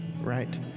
right